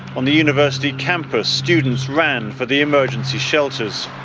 on the university campus, students ran for the emergency shelters.